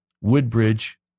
Woodbridge